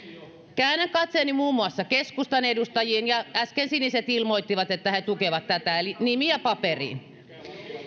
käännän katseeni muun muassa keskustan edustajiin ja äsken siniset ilmoittivat että he tukevat tätä eli nimiä paperiin